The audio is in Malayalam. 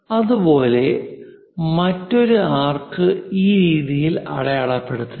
അതുപോലെ മറ്റൊരു ആർക്ക് ഈ രീതിയിൽ അടയാളപ്പെടുത്തുക